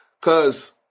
Cause